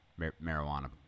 marijuana